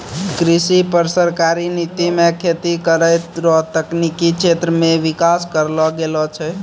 कृषि पर सरकारी नीति मे खेती करै रो तकनिकी क्षेत्र मे विकास करलो गेलो छै